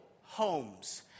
homes